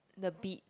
the bead